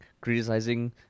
criticizing